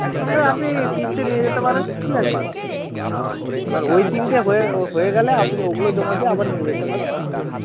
একসঙ্গে আপনি তিনটে নিয়ে যেতে পারেন ঠিক আছে এবার ঐ তিনটে হয়ে হয়ে গেলে আপনি ওগুলো জমা দিয়ে আবার নিয়ে যেতে পারেন অসুবিধা নেই